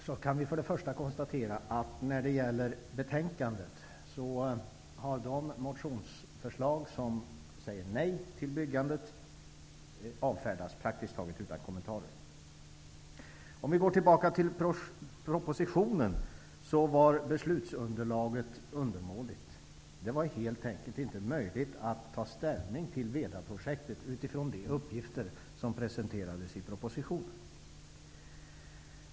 Vi kan först och främst konstatera att i betänkandet har de motionsförslag som säger nej till bygget avfärdats praktiskt taget utan kommentarer. Beslutsunderlaget i propositionen var undermåligt. Det var helt enkelt inte möjligt att ta ställning till Vedaprojektet med utgångspunkt i de uppgifter som presenterades i propositionen.